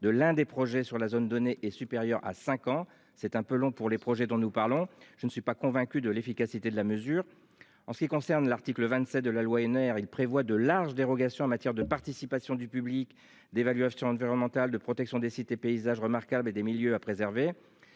de l'un des projets sur la zone donnée est supérieur à 5 ans, c'est un peu long pour les projets dont nous parlons, je ne suis pas convaincu de l'efficacité de la mesure en ce qui concerne l'article 27 de la loi et nerfs. Il prévoit de larges dérogations en matière de participation du public d'évaluation environnementale de protection des sites et paysages remarquables et des milieux à préserver